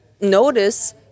notice